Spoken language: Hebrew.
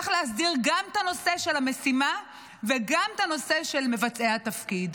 צריך להסדיר גם את הנושא של המשימה וגם את הנושא של מבצעי התפקיד.